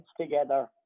together